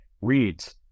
reads